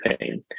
pain